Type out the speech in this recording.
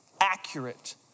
accurate